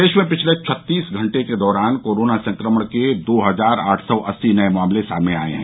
प्रदेश में पिछले छत्तीस घंटे के दौरान कोरोना संक्रमण के दो हजार आठ सौ अस्सी नये मामले सामने आये हैं